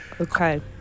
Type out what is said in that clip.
Okay